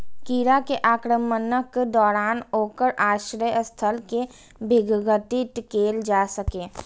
कीड़ा के आक्रमणक दौरान ओकर आश्रय स्थल कें विघटित कैल जा सकैए